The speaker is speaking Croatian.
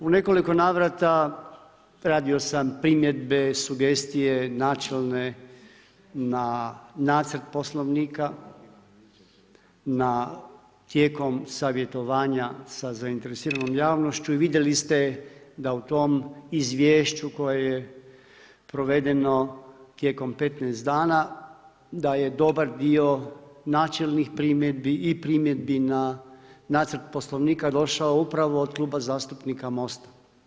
U nekoliko navrata radio sam primjedbe, sugestije načelne na nacrt Poslovnika, tijekom savjetovanja sa zainteresiranom javnošću i vidjeli ste da u tom izvješću koje je provedeno tijekom 15 dana, da je dobar dio načelnih primjedbi i primjedbi na nacrt poslovnika došao upravo od Kluba zastupnika MOST-a.